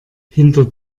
hinter